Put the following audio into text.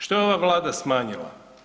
Što je ova vlada smanjila?